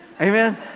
Amen